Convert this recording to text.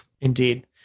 indeed